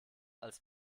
als